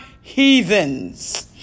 heathens